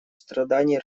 страданий